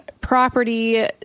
property